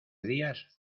días